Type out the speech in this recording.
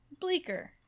Bleaker